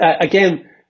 again